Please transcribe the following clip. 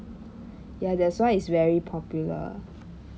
ya that's why it's very popular